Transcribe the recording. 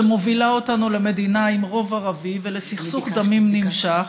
שמובילה אותנו למדינה עם רוב ערבי ולסכסוך דמים נמשך,